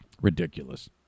Ridiculous